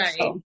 Right